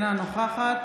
אינה נוכחת